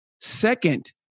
second